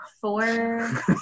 four